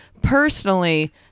Personally